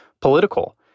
political